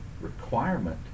requirement